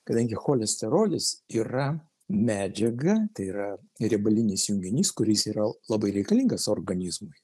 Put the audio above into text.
kadangi cholesterolis yra medžiaga tai yra riebalinis junginys kuris yra labai reikalingas organizmui